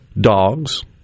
dogs